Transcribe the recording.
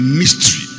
mystery